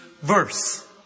verse